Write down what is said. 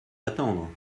attendre